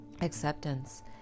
acceptance